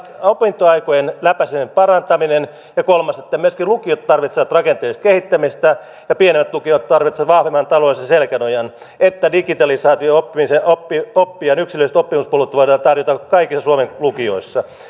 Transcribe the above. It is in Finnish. opintoaikojen läpäisemisen parantaminen ja kolmas myöskin lukiot tarvitsevat rakenteellista kehittämistä ja pienemmät lukiot tarvitsevat vahvemman taloudellisen selkänojan että digitalisaatio ja oppijan yksilölliset oppimispolut voidaan tarjota kaikille suomen lukioissa